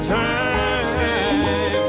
time